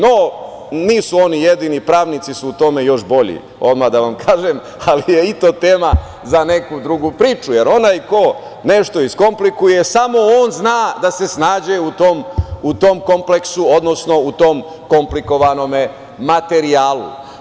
No, nisu oni jedini, pravnici su u tome još bolji odmah da vam kažem, ali je i to tema za neku drugu priču, jer onaj ko nešto iskomplikuje samo on zna da se snađe u tom kompleksu, odnosno u tom komplikovanom materijalu.